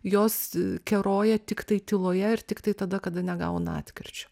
jos keroja tiktai tyloje ir tiktai tada kada negauna atkirčio